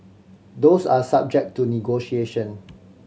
those are subject to negotiation